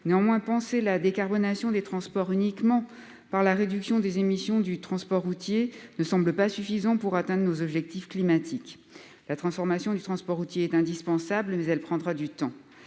Néanmoins, penser la décarbonation des transports uniquement en termes de réduction des émissions du transport routier ne semble pas suffisant pour atteindre nos objectifs climatiques. La transformation du transport routier est indispensable, mais elle prendra du temps.